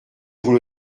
vous